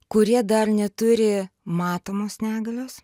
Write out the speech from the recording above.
kurie dar neturi matomos negalios